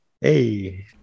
Hey